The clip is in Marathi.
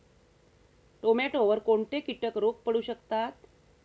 टोमॅटोवर कोणते किटक रोग पडू शकतात?